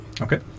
Okay